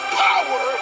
power